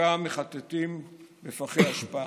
וחלקם מחטטים בפחי אשפה.